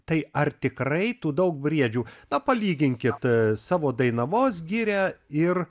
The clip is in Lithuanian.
tai ar tikrai tų daug briedžių na palyginkit savo dainavos girią ir